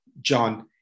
John